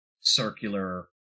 circular